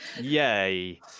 yay